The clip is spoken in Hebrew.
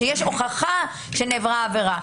שיש הוכחה שנעברה עבירה.